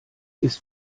ist